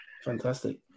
fantastic